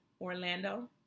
orlando